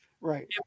Right